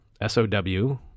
S-O-W